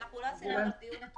שאנחנו לא עשינו עליו דיון,